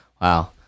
Wow